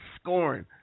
scoring